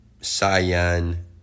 Cyan